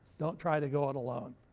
don't try to go it alone.